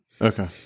Okay